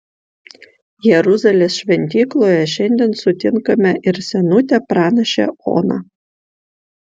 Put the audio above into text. jeruzalės šventykloje šiandien sutinkame ir senutę pranašę oną